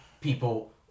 people